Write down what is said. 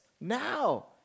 now